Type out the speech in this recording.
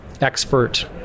Expert